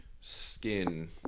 skin